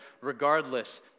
regardless